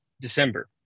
december